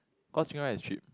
cause chicken rice is cheap